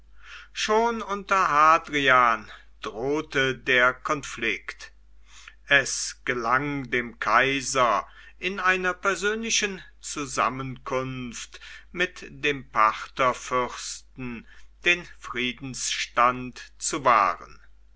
schon unter hadrian drohte der konflikt es gelang dem kaiser in einer persönlichen zusammenkunft mit dem partherfürsten den friedensstand zu wahren